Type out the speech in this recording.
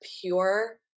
pure